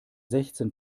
sechzehn